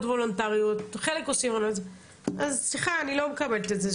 וולונטריות ורק חלק עושים ולכן אני לא מקבלת את זה.